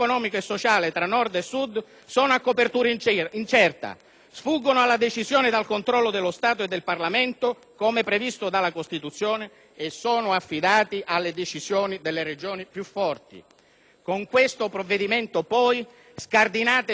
sfuggono alla decisione e al controllo dello Stato e del Parlamento, come previsto dalla Costituzione e sono affidati alle decisioni delle Regioni più forti. Inoltre, con il provvedimento in esame scardinate tutti i sistemi di programmazione economica affidando a quattro Ministri